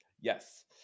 Yes